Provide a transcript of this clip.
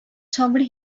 sobered